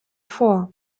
vor